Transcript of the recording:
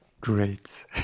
Great